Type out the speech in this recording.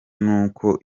n’uko